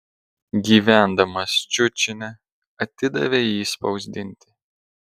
gyvendamas ščiučine atidavė jį spausdinti